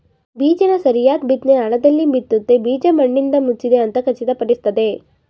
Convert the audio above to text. ಬೀಜನ ಸರಿಯಾದ್ ಬಿತ್ನೆ ಆಳದಲ್ಲಿ ಬಿತ್ತುತ್ತೆ ಬೀಜ ಮಣ್ಣಿಂದಮುಚ್ಚಿದೆ ಅಂತ ಖಚಿತಪಡಿಸ್ತದೆ